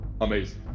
amazing